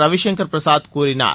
ரவிசங்கர் பிரசாத் கூறினார்